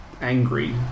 angry